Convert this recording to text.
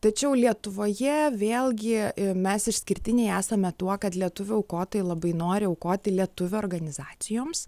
tačiau lietuvoje vėlgi mes išskirtiniai esame tuo kad lietuvių aukotojai labai nori aukoti lietuvių organizacijoms